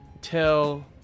tell